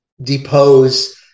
depose